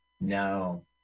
No